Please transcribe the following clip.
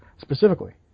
specifically